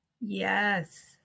Yes